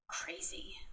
crazy